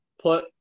plus